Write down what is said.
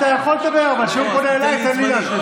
אתה יכול לדבר, אבל כשהוא פונה אליי תן לי להשיב.